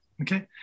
okay